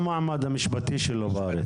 מה המעמד המשפטי שלו בארץ?